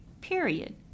Period